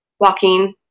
Walking